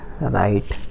right